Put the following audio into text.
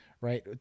Right